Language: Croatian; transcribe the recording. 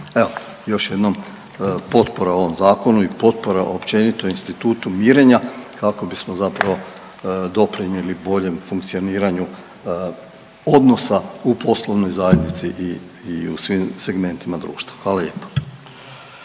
još jednom potpora ovom zakonu i potpora općenito institutu mirenja kako bismo zapravo doprinijeli boljem funkcioniranju odnosa u poslovnoj zajednici i u svim segmentima društva. Hvala lijepo.